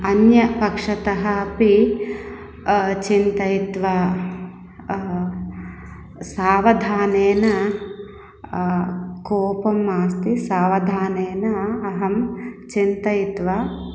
अन्यपक्षतः अपि चिन्तयित्वा सावधानेन कोपं मास्ति सावधानेन अहं चिन्तयित्वा